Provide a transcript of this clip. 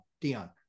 Dion